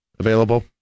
Available